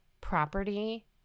property